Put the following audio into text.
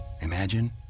imagine